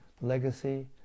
legacy